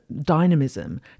dynamism